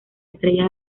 estrella